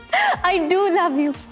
i do love you.